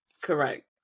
correct